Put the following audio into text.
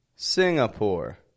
Singapore